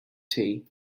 tea